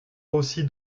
aussi